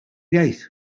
iaith